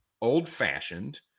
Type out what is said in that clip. old-fashioned